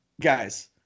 guys